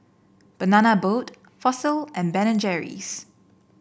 Banana Boat Fossil and Ben and Jerry's